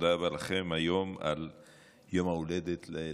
תודה רבה לכם היום על יום ההולדת לכנסת.